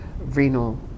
renal